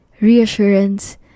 reassurance